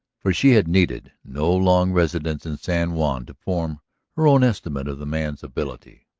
for she had needed no long residence in san juan to form her own estimate of the man's ability.